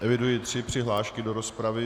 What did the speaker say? Eviduji tři přihlášky do rozpravy.